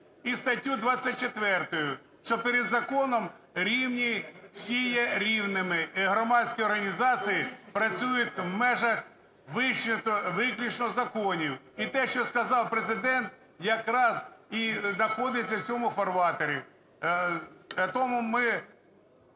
І статтю 24, що перед законом рівні, всі є рівними. І громадські організації працюють в межах виключно законів. І те, що сказав Президент, якраз і находиться в цьому фарватері.